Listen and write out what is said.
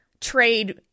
trade